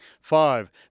Five